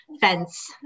fence